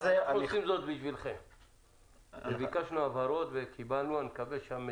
וגם לא --- את הפיצוי, כמובן.